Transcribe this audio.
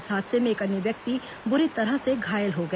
इस हादसे में एक अन्य व्यक्ति बुरी तरह से घायल हो गया